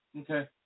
Okay